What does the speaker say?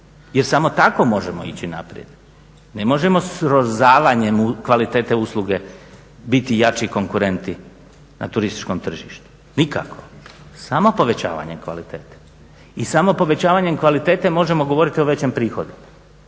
jer samo tako može proći, ne možemo srozavanjem kvalitete usluge biti jači konkurenti na turističkom tržištu nikako, samo povećavanjem kvalitete i samo povećavanjem kvalitete možemo govoriti o većem prihodu